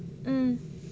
mm